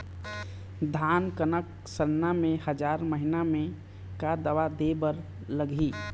धान कनक सरना मे हजार महीना मे का दवा दे बर लगही?